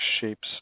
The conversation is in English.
shapes